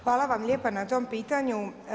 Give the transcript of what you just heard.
Hvala vam lijepa na tom pitanju.